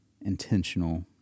intentional